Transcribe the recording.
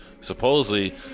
supposedly